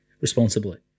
responsibly